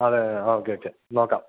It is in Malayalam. അതെതെതെ ഓക്കെ ഒക്കെ നോക്കാം